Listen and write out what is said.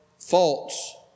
false